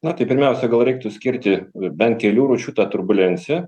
na tai pirmiausia gal reiktų skirti bent kelių rūšių tą turbulenciją